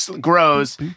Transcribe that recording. grows